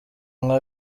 nka